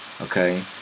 Okay